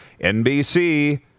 NBC